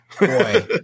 Boy